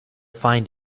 find